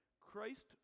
Christ